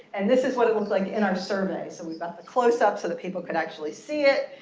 and this is what it looked like in our survey. so we've but close up so that people can actually see it.